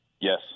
Yes